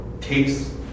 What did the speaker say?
takes